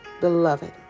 Beloved